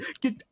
Get